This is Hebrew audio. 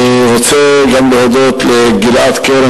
אני רוצה גם להודות לגלעד קרן,